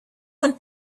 one